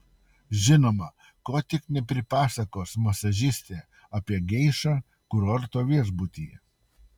žinoma ko tik nepripasakos masažistė apie geišą kurorto viešbutyje